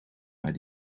maar